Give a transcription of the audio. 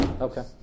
Okay